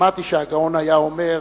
שמעתי שהגאון היה אומר: